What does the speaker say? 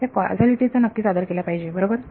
ह्या कॉजॅलिटि चा नक्कीच आदर केला पाहिजे बरोबर